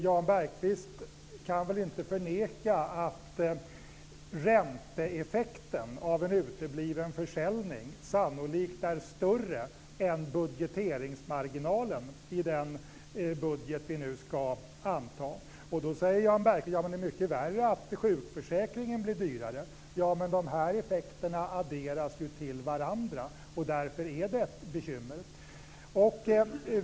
Jan Bergqvist kan väl inte förneka att ränteeffekten av en utebliven försäljning sannolikt är större än budgeteringsmarginalen i den budget vi nu ska anta? Jan Bergqvist säger att det är mycket värre att sjukförsäkringen blir dyrare. Ja, men de här effekterna adderas ju till varandra. Därför är det ett bekymmer.